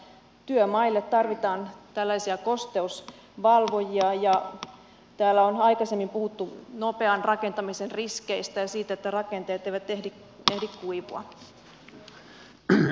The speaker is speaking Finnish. työmaille tarvitaan tällaisia kosteusvalvojia ja täällä on aikaisemmin puhuttu nopean rakentamisen riskeistä ja siitä että rakenteet eivät ehdi kuivua